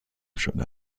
شده